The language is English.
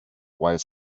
while